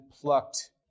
plucked